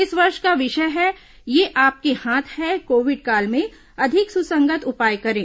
इस वर्ष का विषय है ये आपके हाथ है कोविड काल में अधिक सुसंगत उपाय करें